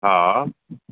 हा